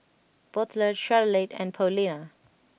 Butler Charolette and Paulina